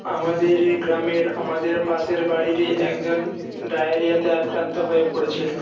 আমাদেরই গ্রামের আমাদের পাশের বাড়িরই একজন ডায়রিয়াতে আক্রান্ত হয়ে পড়েছিলো